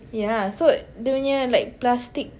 yeah so dia punya like plastic